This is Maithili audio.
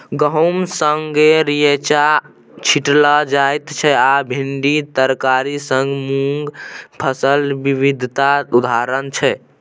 गहुम संगै रैंचा छीटल जाइ छै आ भिंडी तरकारी संग मुँग फसल बिबिधताक उदाहरण छै